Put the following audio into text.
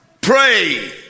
Pray